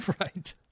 Right